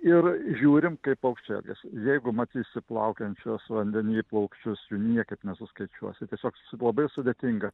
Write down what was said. ir žiūrim kaip paukščiai elgiasi jeigu matysi plaukiančius vandeny paukščius jų niekaip nesuskaičiuosi tiesiog labai sudėtinga